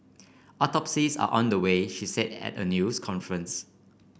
autopsies are under way she said at a news conference